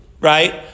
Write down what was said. Right